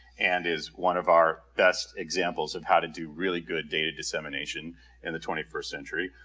and is one of our best examples of how to do really good data dissemination in the twenty first century.